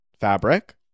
fabric